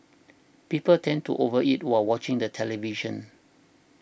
people tend to over eat while watching the television